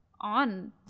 on